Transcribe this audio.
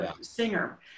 singer